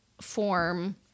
form